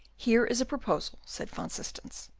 here is a proposal, said van systens.